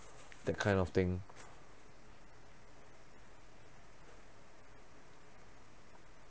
that kind of thing